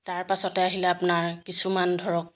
তাৰপাছতে আহিলে আপোনাৰ কিছুমান ধৰক